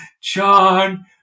John